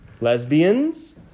lesbians